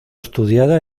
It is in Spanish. estudiada